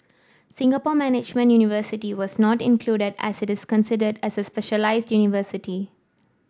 Singapore Management University was not included as it is considered as a specialised university